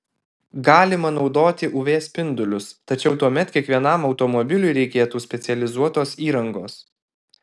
galima naudoti uv spindulius tačiau tuomet kiekvienam automobiliui reikėtų specializuotos įrangos